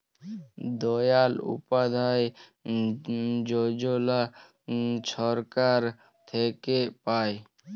দয়াল উপাধ্যায় যজলা ছরকার থ্যাইকে পায়